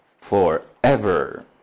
forever